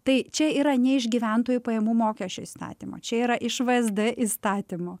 tai čia yra ne iš gyventojų pajamų mokesčio įstatymo čia yra iš vsd įstatymo